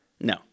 No